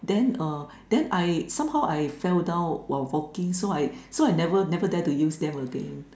then uh then I somehow I fell down while walking so I so I never never dare to use them again